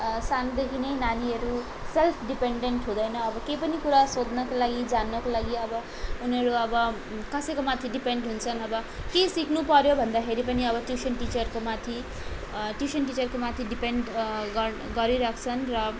सानोदेखि नै नानीहरू सेल्फ डिपेन्डेन्ट हुँदैन अब केही पनि कुरा सोध्नको लागि जान्नको लागि अब उनीहरू अब कसैको माथि डिपेन्ड हुन्छन् अब केही सिक्नु पऱ्यो भन्दाखेरि पनि अब ट्युसन टिचरको माथि ट्युसन टिचरको माथि डिपेन्ड गर गरिराख्छन् र